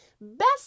Best